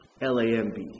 L-A-M-B